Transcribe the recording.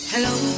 Hello